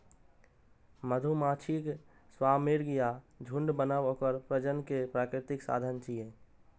मधुमाछीक स्वार्मिंग या झुंड बनब ओकर प्रजनन केर प्राकृतिक साधन छियै